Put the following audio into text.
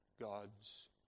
God's